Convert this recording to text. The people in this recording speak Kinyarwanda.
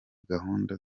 gahunda